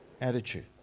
attitude